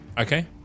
Okay